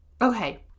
Okay